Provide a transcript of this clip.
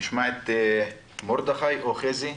נשמע את מרדכי או חזי?